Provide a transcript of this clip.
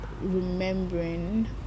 remembering